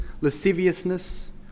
lasciviousness